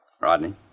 Rodney